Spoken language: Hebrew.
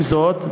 עם זאת,